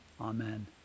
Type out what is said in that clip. Amen